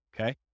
Okay